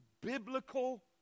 biblical